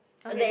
okay